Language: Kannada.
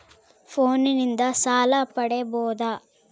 ಫೋನಿನಿಂದ ಸಾಲ ಪಡೇಬೋದ?